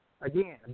again